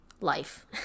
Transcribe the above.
life